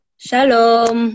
Shalom